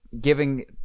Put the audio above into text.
giving